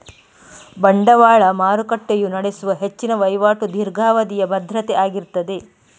ಬಂಡವಾಳ ಮಾರುಕಟ್ಟೆಯು ನಡೆಸುವ ಹೆಚ್ಚಿನ ವೈವಾಟು ದೀರ್ಘಾವಧಿಯ ಭದ್ರತೆ ಆಗಿರ್ತದೆ